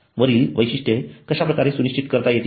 वरील वैशिष्ट्ये कश्याप्रकारे सुनिश्चित करता येतील